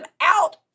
out